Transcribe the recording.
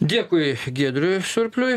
dėkui giedriui surpliui